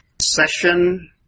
session